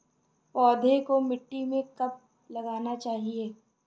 पौधें को मिट्टी में कब लगाना चाहिए?